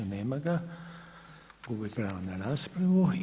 Nema ga, gubi pravo na raspravu.